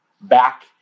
back